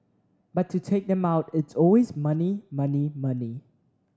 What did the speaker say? but to take them out it's always money money money